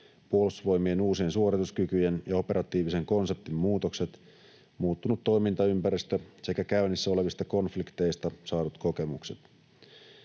puolustusvoimien uusien suorituskykyjen ja operatiivisen konseptin muutokset, muuttunut toimintaympäristö sekä käynnissä olevista konflikteista saadut kokemukset.